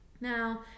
Now